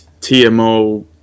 TMO